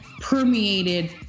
permeated